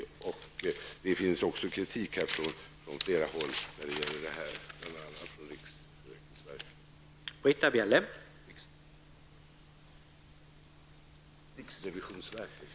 Det har på den punkten kommit kritik från flera håll, bl.a. från riksrevisionsverket.